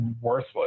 worthless